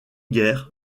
guerre